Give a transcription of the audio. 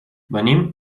venim